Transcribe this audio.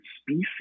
species